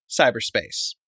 cyberspace